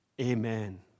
Amen